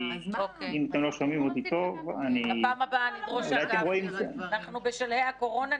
אם אתם לא שומעים אותי טוב --- אנחנו בשלהי הקורונה,